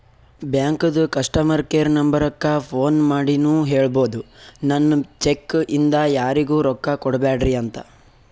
ಬ್ಯಾಂಕದು customer care ನಂಬರಕ್ಕ phone ಮಾಡಿನೂ ಹೇಳ್ಬೋದು, ನನ್ ಚೆಕ್ ಇಂದ ಯಾರಿಗೂ ರೊಕ್ಕಾ ಕೊಡ್ಬ್ಯಾಡ್ರಿ ಅಂತ